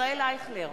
ישראל אייכלר,